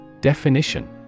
Definition